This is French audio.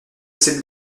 cette